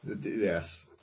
Yes